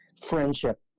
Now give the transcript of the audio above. friendship